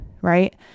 right